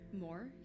More